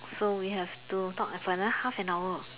so we have to talk for another half an hour